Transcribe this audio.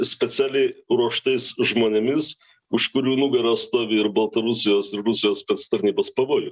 specialiai ruoštais žmonėmis už kurių nugaros stovi ir baltarusijos ir rusijos spec tarnybos pavojuj